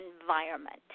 environment